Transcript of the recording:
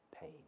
pain